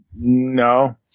No